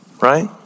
right